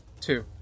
two